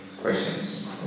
questions